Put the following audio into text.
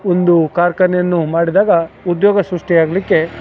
ಒಂದು ಕಾರ್ಖಾನೆಯನ್ನು ಮಾಡಿದಾಗ ಉದ್ಯೋಗ ಸೃಷ್ಟಿಯಾಗ್ಲಿಕ್ಕೆ